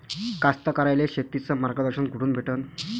कास्तकाराइले शेतीचं मार्गदर्शन कुठून भेटन?